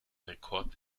rekord